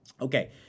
Okay